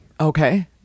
Okay